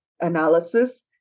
analysis